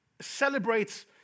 celebrates